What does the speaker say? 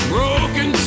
Broken